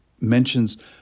mentions